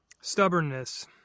stubbornness